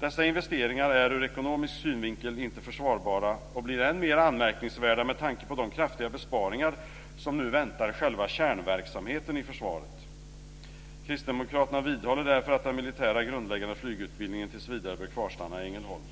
Dessa investeringar är ur ekonomisk synvinkel inte försvarbara och blir än mer anmärkningsvärda med tanke på de kraftiga besparingar som nu väntar själva kärnverkssamheten i försvaret. Kristdemokraterna vidhåller därför att den militära grundläggande flygutbildningen tills vidare bör kvarstanna i Ängelholm.